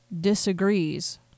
disagrees